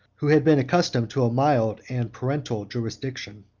who had been accustomed to a mild and parental jurisdiction.